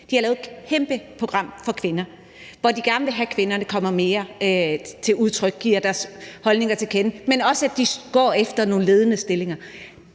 har lavet et kæmpe program for kvinder, for de gerne vil have, at kvinderne kommer mere til udtryk, giver deres holdninger til kende, men også, at de går efter nogle ledende stillinger.